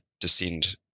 descend